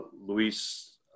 Luis